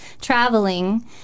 traveling